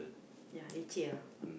yeah leceh ah